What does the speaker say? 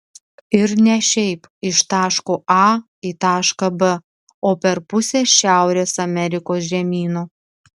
ir ne šiaip iš taško a į tašką b o per pusę šiaurės amerikos žemyno